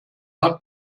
hat